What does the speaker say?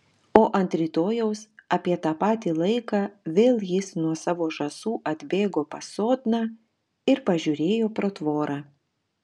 o ant rytojaus apie tą patį laiką vėl jis nuo savo žąsų atbėgo pas sodną ir pažiūrėjo pro tvorą